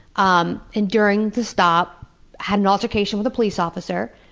um and during the stop had an altercation with the police officer,